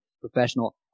professional